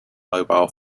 mobile